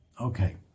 Okay